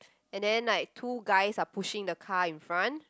and then like two guys are pushing the car in front